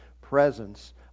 presence